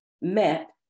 met